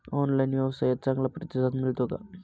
Online व्यवसायात चांगला प्रतिसाद मिळतो का?